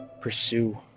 pursue